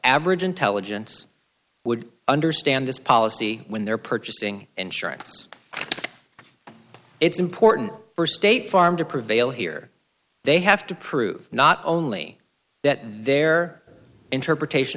average intelligence would understand this policy when they're purchasing insurance it's important for state farm to prevail here they have to prove not only that their interpretation